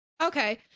Okay